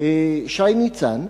שי ניצן,